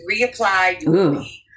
reapply